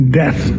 death